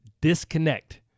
disconnect